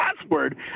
password